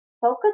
focus